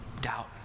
doubt